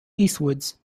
eastwards